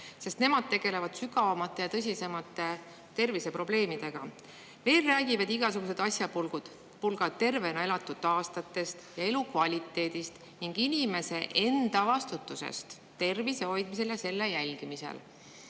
sest nemad tegelevad sügavamate ja tõsisemate terviseprobleemidega. Veel räägivad igasugused asjapulgad tervena elatud aastatest ja elukvaliteedist ning inimese enda vastutusest tervise hoidmisel ja selle jälgimisel.